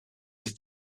ist